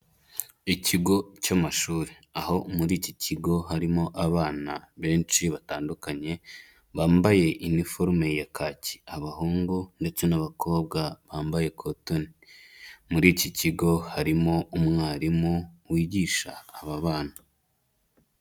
Ikigo cy'amashuri aho muri iki kigo harimo abana benshi batandukanye, bambaye iniforume ya kaki, abahungu ndetse n'abakobwa bambaye cotton, muri iki kigo harimo umwarimu wigisha aba bana.